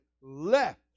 left